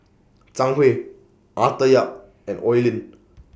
Zhang Hui Arthur Yap and Oi Lin